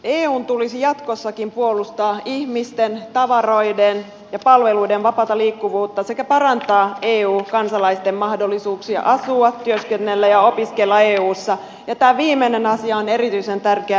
eun tulisi jatkossakin puolustaa ihmisten tavaroiden ja palveluiden vapaata liikkuvuutta sekä parantaa eu kansalaisten mahdollisuuksia asua työskennellä ja opiskella eussa ja tämä viimeinen asia on erityisen tärkeä nuorille